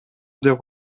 деп